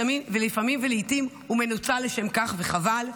לפעמים ולעיתים הוא מנוצל לשם כך, וחבל.